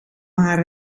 haar